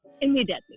Immediately